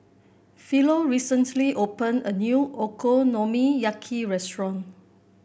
Philo recently open a new Okonomiyaki restaurant